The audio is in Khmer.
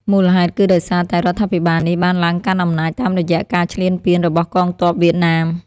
មូលហេតុគឺដោយសារតែរដ្ឋាភិបាលនេះបានឡើងកាន់អំណាចតាមរយៈការឈ្លានពានរបស់កងទ័ពវៀតណាម។